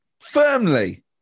firmly